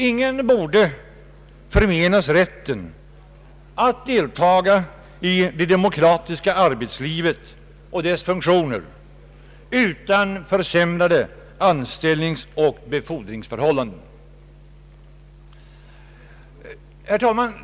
Ingen borde förmenas rätten att deltaga i det demokratiska arbetslivet och dess funktioner utan försämrade anställningsoch befordringsförhållanden. Herr talman!